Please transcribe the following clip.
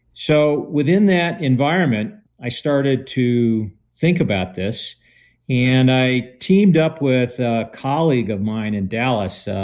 so within that environment, i started to think about this and i teamed up with a colleague of mine in dallas,